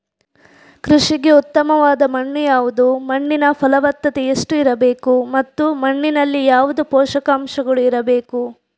ಕೃಷಿಗೆ ಉತ್ತಮವಾದ ಮಣ್ಣು ಯಾವುದು, ಮಣ್ಣಿನ ಫಲವತ್ತತೆ ಎಷ್ಟು ಇರಬೇಕು ಮತ್ತು ಮಣ್ಣಿನಲ್ಲಿ ಯಾವುದು ಪೋಷಕಾಂಶಗಳು ಇರಬೇಕು?